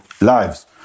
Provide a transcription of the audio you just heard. lives